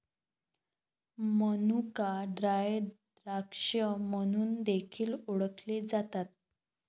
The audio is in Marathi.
मनुका ड्राय द्राक्षे म्हणून देखील ओळखले जातात